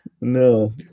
no